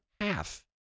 half